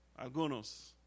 Algunos